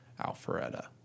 Alpharetta